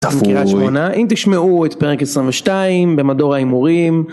אם תשמעו את פרק 22 במדור ההימורים